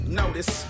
notice